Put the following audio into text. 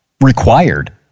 required